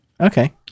Okay